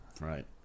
right